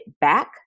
back